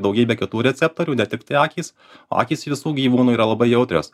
daugybė kitų receptorių ne tiktai akys akys visų gyvūnų yra labai jautrios